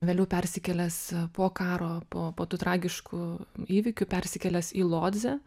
vėliau persikėlęs po karo po po tų tragiškų įvykių persikėlęs į lodzę